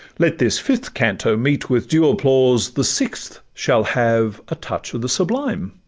let this fifth canto meet with due applause, the sixth shall have a touch of the sublime